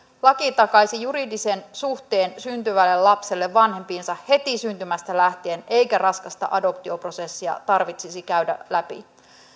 laki takaisi juridisen suhteen syntyvälle lapselle vanhempiinsa heti syntymästä lähtien eikä raskasta adoptioprosessia tarvitsisi käydä läpi